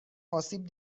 آسیب